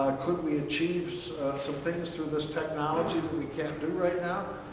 could we achieve some things through this technology that we can't do right now?